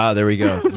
ah there we go.